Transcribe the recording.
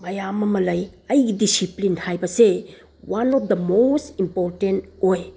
ꯃꯌꯥꯝ ꯑꯃ ꯂꯩ ꯑꯩꯒꯤ ꯗꯤꯁꯤꯄ꯭ꯂꯤꯟ ꯍꯥꯏꯕꯁꯦ one of the most important ꯑꯣꯏ